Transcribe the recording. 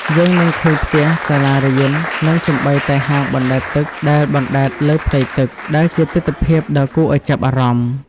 យើងនឹងឃើញផ្ទះ សាលារៀន និងសូម្បីតែហាងបណ្តែតទឹកដែលអណ្តែតលើផ្ទៃទឹក ដែលជាទិដ្ឋភាពដ៏គួរឱ្យចាប់អារម្មណ៍។